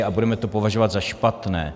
A budeme to považovat za špatné.